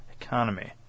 economy